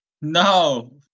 No